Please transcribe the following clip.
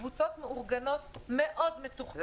קבוצות מאורגנות מאוד מתוחכמות.